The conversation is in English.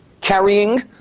carrying